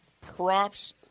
Props